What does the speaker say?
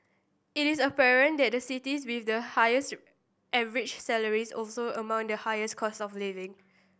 it is apparent that the cities with the highest average salaries also among the highest cost of living